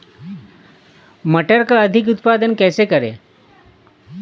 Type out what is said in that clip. मटर का अधिक उत्पादन कैसे करें?